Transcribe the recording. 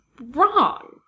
wrong